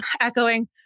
echoing